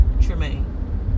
Tremaine